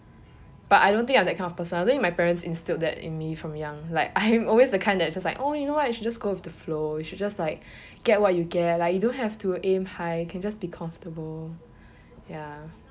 but I don't think I am that kind of person I think my parents instilled that in me from young like I am always the kind that just like oh you know what you should just go with the flow you should just like get what you get lah you don't have to aim high you can just be comfortable ya